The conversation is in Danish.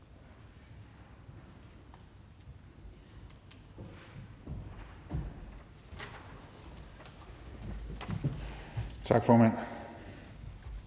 Tak for det.